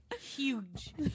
huge